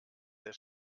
der